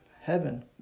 heaven